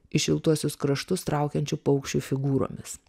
į šiltuosius kraštus traukiančių paukščių figūromis